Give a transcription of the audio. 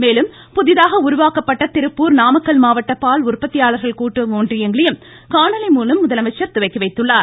மேலும் புதிதாக உருவாக்கப்பட்ட திருப்பூர் நாமக்கல் மாவட்ட பால் உற்பத்தியாள் கூட்டுறவு ஒன்றியங்களையும் காணொலி மூலம் முதலமைச்சர் துவக்கிவைத்துள்ளார்